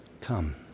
Come